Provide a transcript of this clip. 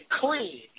clean